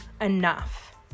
enough